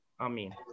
Amen